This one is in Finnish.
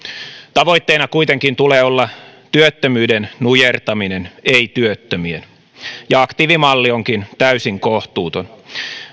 tavoitteena kuitenkin tulee olla työttömyyden nujertaminen ei työttömien aktiivimalli onkin täysin kohtuuton